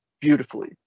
beautifully